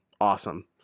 awesome